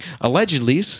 Allegedly